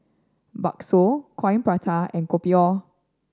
bakso Coin Prata and Kopi O